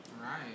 Right